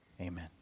Amen